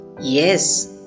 yes